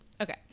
Okay